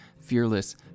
fearless